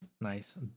nice